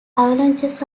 avalanches